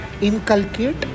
inculcate